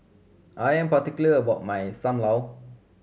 I am particular about my Sam Lau